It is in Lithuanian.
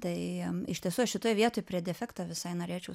tai iš tiesų aš šitoje vietoj prie defekto visai norėčiau